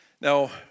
Now